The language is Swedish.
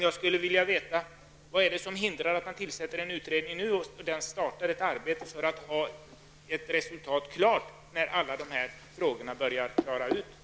Jag skulle vilja veta vad det är som hindrar att man nu tillsätter en utredning som startar ett arbete för att ha ett resultat klart när alla dessa frågor börjar klaras ut?